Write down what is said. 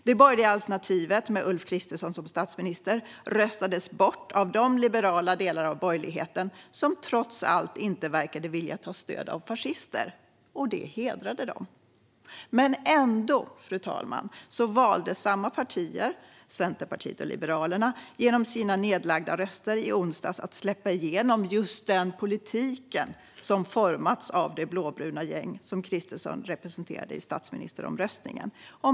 Det borgerliga alternativet med Ulf Kristersson som statsminister röstades bort av de liberala delar av borgerligheten som trots allt inte verkade vilja ta stöd av fascister. Det hedrar dem. Ändå, fru talman, valde samma partier - Centerpartiet och Liberalerna - i onsdags att genom sina nedlagda röster släppa igenom just den politik som formats av det blåbruna gäng som Kristersson representerade i statsministeromröstningen.